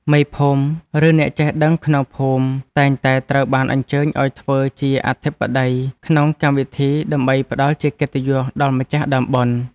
មេភូមិ ឬអ្នកចេះដឹងក្នុងភូមិតែងតែត្រូវបានអញ្ជើញឱ្យធ្វើជាអធិបតីក្នុងកម្មវិធី ដើម្បីផ្តល់ជាកិត្តិយសដល់ម្ចាស់ដើមបុណ្យ។